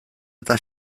eta